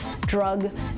drug